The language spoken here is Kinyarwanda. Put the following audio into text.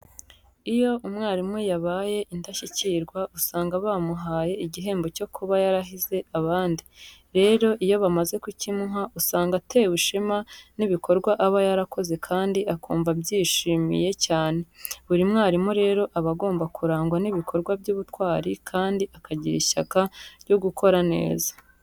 Iyo umwarimu yabaye indashyikirwa usanga bamuhaye igihembo cyo kuba yarahize abandi. Rero iyo bamaze kukimuha usanga atewe ishema n'ibikorwa aba yarakoze kandi akumva abyishimiye cyane. Buri mwarimu rero aba agomba kurangwa n'ibikorwa by'ubutwari kandi akagira ishyaka ryo gukora neza.